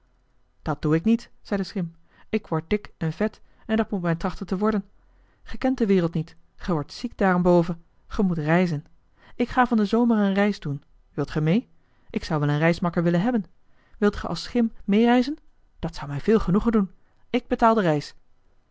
dat doe ik niet zei de schim ik word dik en vet en dat moet men trachten te worden ge kent de wereld niet ge wordt ziek daarenboven ge moet reizen ik ga van den zomer een reis doen wilt ge mee ik zou wel een reismakker willen hebben wilt ge als schim meereizen dat zou mij veel genoegen doen ik betaal de reis